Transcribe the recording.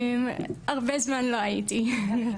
הרבה זמן לא הייתי.